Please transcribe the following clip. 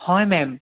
হয় মেম